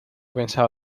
pensaba